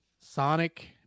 Sonic